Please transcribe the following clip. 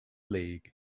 league